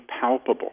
palpable